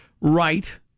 Right